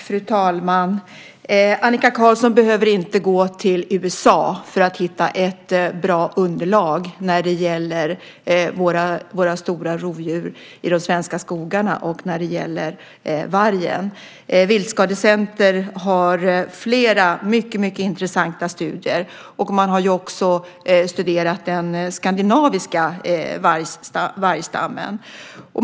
Fru talman! Annika Qarlsson behöver inte vända sig till USA för att hitta ett bra underlag när det gäller våra stora rovdjur i de svenska skogarna och när det gäller vargen. Viltskadecenter har gjort flera mycket intressanta studier, och man har studerat den skandinaviska vargstammen.